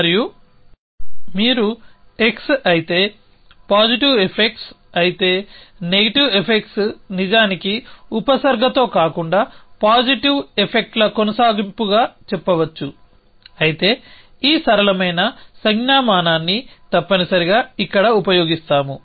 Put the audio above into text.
మరియు మీరు x అయితే పాజిటివ్ ఎఫెక్ట్స్ అయితే నెగెటివ్ ఎఫెక్ట్స్ నిజానికి ఉపసర్గతో కాకుండా పాజిటివ్ ఎఫెక్ట్ల కొనసాగింపుగా చెప్పవచ్చు అయితే ఈ సరళమైన సంజ్ఞామానాన్ని తప్పనిసరిగా ఇక్కడ ఉపయోగిస్తాము